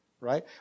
right